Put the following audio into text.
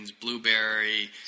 Blueberry